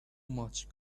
much